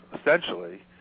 essentially